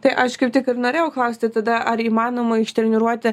tai aš kaip tik ir norėjau klausti tada ar įmanoma ištreniruoti